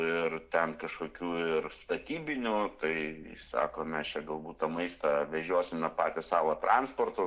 ir ten kažkokių ir statybinių tai sako mes čia galbūt tą maistą vežiosime patys savo transportu